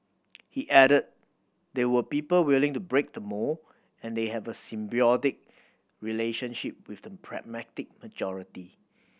he added there were people willing to break the mould and they had a symbiotic relationship with the pragmatic majority